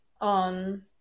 on